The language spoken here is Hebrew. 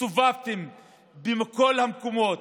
הסתובבתם בכל המקומות,